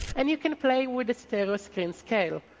and you can play with the stereo screen scale.